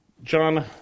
John